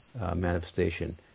manifestation